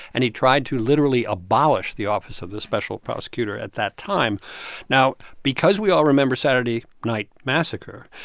and he tried to literally abolish the office of the special prosecutor at that time now, because we all remember saturday night massacre,